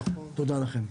תודה לכם.